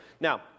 Now